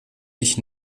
ich